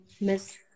Miss